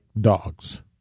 dogs